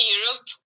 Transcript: Europe